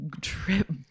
trip